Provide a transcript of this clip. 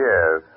Yes